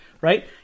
Right